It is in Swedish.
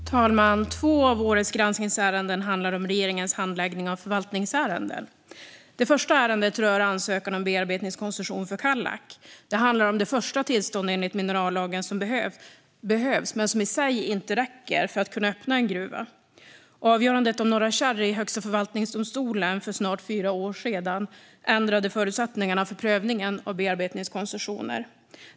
Fru talman! Två av årets granskningsärenden handlar om regeringens handläggning av förvaltningsärenden. Det första ärendet rör ansökan om bearbetningskoncession för Kallak. Det handlar om det första tillstånd enligt minerallagen som behövs, men som i sig inte räcker, för att kunna öppna en gruva. Avgörandet om Norra Kärr i Högsta förvaltningsdomstolen för snart fyra år sedan ändrade förutsättningarna för prövningen av bearbetningskoncessioner.